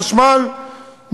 חשמל,